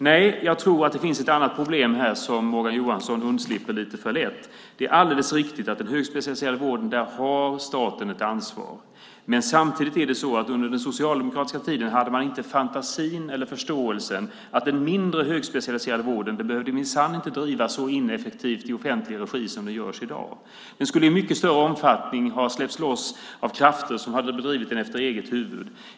Nej, jag tror att det finns ett annat problem här som Morgan Johansson lite för lätt undslipper. Det är alldeles riktigt att staten har ett ansvar för den högspecialiserade vården. Men samtidigt är det så att man under den socialdemokratiska regeringstiden inte hade fantasi och inte heller förståelse för att den mindre högspecialiserade vården minsann inte behövde drivas så ineffektivt i offentlig regi som i dag är fallet. Den skulle i mycket större omfattning ha släppts loss till krafter som bedrev den efter eget huvud.